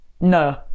No